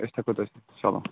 أسۍ ہیٚکو تۄہہِ سۭتۍ سَلام